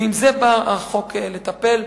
ובזה בא החוק לטפל.